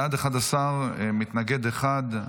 בעד, 11, מתנגד אחד.